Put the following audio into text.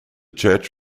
church